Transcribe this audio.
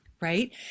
right